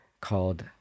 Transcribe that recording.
called